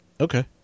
okay